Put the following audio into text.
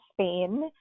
Spain